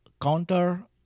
counter